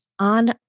On